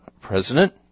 President